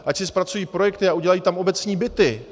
Ať si zpracují projekty a udělají tam obecní byty.